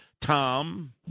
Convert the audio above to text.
Tom